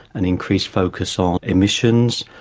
an increased focus on emissions,